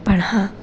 પણ હા